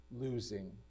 losing